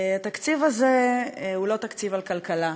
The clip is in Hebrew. התקציב הזה הוא לא תקציב על כלכלה,